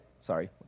sorry